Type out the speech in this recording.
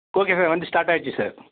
okay sir வண்டி start ஆயிடுச்சு sir